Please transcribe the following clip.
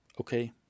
okay